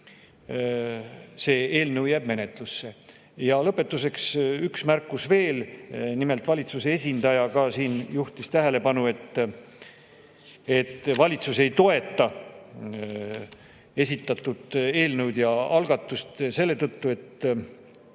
see eelnõu jääb menetlusse. Ja lõpetuseks, üks märkus veel. Nimelt, valitsuse esindaja ka juhtis tähelepanu, et valitsus ei toeta esitatud eelnõu ja algatust selle tõttu, et